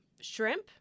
shrimp